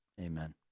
Amen